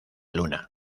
luna